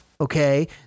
Okay